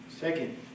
Second